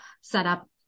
setup